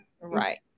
Right